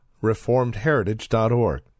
reformedheritage.org